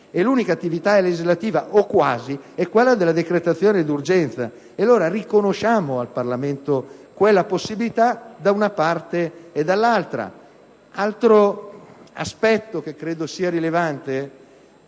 l'unica attività legislativa, o quasi, è quella della decretazione d'urgenza. Riconosciamo allora al Parlamento quella possibilità, da una parte e dall'altra. Un altro aspetto che ritengo rilevante